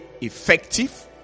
effective